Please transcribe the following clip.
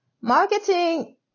marketing